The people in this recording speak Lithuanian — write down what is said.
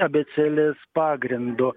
abėcėlės pagrindu